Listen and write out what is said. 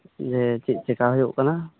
ᱫᱤᱭᱮ ᱪᱮᱜ ᱪᱤᱠᱟᱹ ᱦᱩᱭᱩᱜ ᱠᱟᱱᱟ